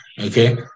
okay